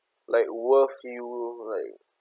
like worth you like